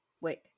wait